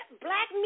Black